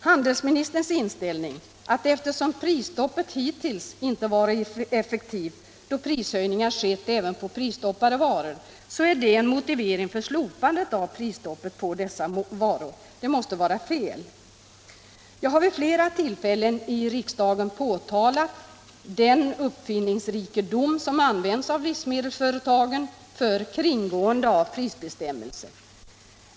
Handelsministerns inställning att prisstoppet hittills inte varit effektivt, då prishöjningar skett även på prisstoppade varor, är en motivering för slopande av prisstoppet på dessa varor. Jag har vid flera tillfällen i riksdagen påtalat den uppfinningsrikedom som används av livsmedelsföretagen för kringgående av prisbestämmelser.